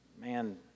Man